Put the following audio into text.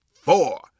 four